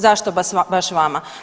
Zašto baš vama?